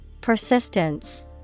Persistence